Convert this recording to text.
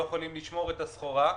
הם לא יכולים לשמור את הסחורה.